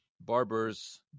barbers